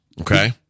Okay